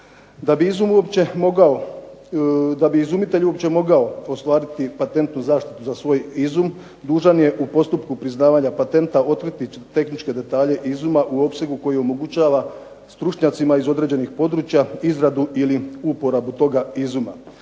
Da bi izumitelj uopće mogao ostvariti patentnu zaštitu za svoj izum dužan je u postupku priznavanja patenta otkriti tehničke detalje izuma u opsegu koji omogućava stručnjacima iz određenih područja izradu ili uporabu toga izuma.